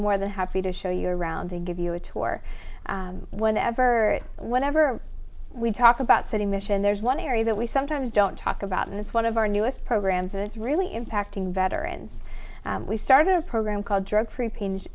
more than happy to show you around and give you a tour whenever whenever we talk about city mission there's one area that we sometimes don't talk about and it's one of our newest programs and it's really impacting veterans we started a program called drug free pain